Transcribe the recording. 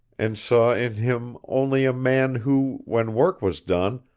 and saw in him only a man who, when work was done,